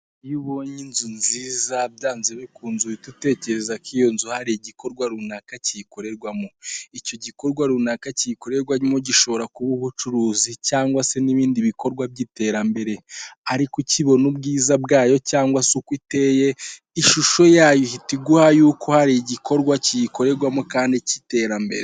Iyo ubonye inzu nziza byanze bikunze uhita utekereza ko iyo nzu hari igikorwa runaka kikorerwamo, icyo gikorwa runaka kiyikorerwamo gishobora kuba ubucuruzi cyangwa se n'ibindi bikorwa by'iterambere, ariko ukibona ubwiza bwayo cyangwa se uko iteye, ishusho yayo ihita iguha yuko hari igikorwa kiyikorerwamo kandi cy'iterambere.